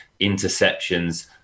Interceptions